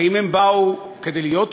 האם הם באו כדי להיות פה?